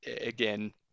again